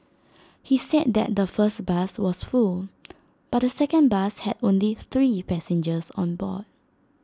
he said than the first bus was full but the second bus had only three passengers on board